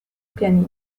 pianino